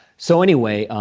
so anyway,